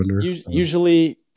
usually